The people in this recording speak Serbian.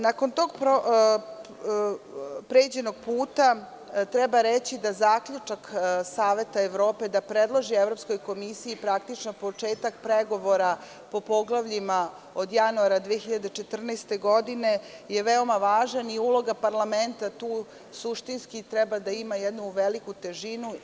Nakon tog pređenog puta treba reći da je zaključak Saveta Evrope, da predloži Evropskoj komisiji početak pregovora po poglavljima od januara 2014. godine, veoma važan i uloga parlamenta tu suštinski treba da ima jednu veliku težinu.